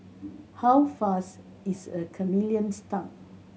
how fast is a chameleon's tongue